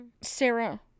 Sarah